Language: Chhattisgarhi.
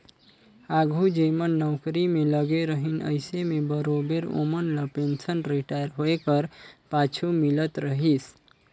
आघु जेमन नउकरी में लगे रहिन अइसे में बरोबेर ओमन ल पेंसन रिटायर होए कर पाछू मिलत रहिस